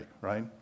right